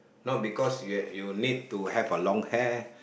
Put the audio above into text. not because you need to have a long hair